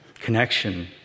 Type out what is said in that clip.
connection